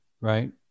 right